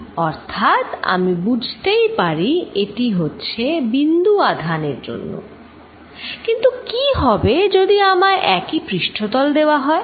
অর্থাৎ আমি বুঝতেই পারি এটি হচ্ছে বিন্দু আধান এর জন্যে কিন্তু কি হবে যদি আমায় একই পৃষ্ঠতল দেয়া হয়